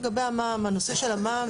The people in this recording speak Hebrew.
נושא המע"מ,